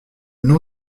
nom